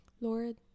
Lord